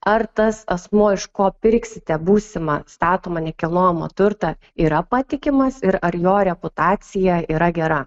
ar tas asmuo iš ko pirksite būsimą statomą nekilnojamą turtą yra patikimas ir ar jo reputacija yra gera